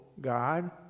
God